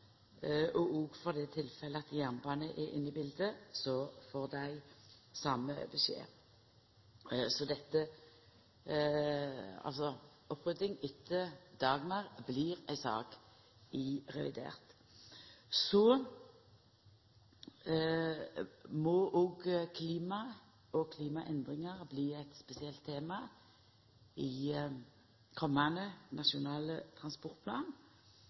same oppdraget, og i tilfelle jernbanen er inne i biletet, får dei same beskjed. Så opprydding etter «Dagmar» blir ei sak i revidert. Så må òg klima og klimaendringar bli eit spesielt tema i komande Nasjonal transportplan.